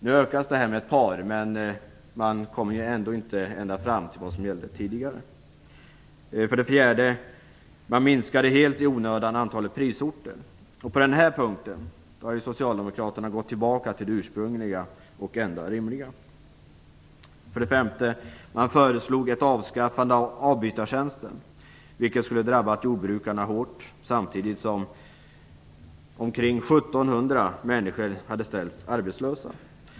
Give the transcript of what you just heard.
Nu ökar man antalet med ett par klasser, men man kommer ändå inte upp till det som gällde tidigare. För det fjärde: Man minskade helt i onödan antalet prisorter. På den här punkten har socialdemokraterna gått tillbaka till det ursprungliga antalet som var det enda rimliga. För det femte: Man föreslog ett avskaffande av avbytartjänsten, vilket skulle ha drabbat jordbrukarna hårt samtidigt som ca 1 700 människor hade ställts arbetslösa.